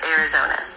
Arizona